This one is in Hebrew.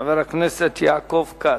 חבר הכנסת יעקב כץ.